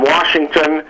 Washington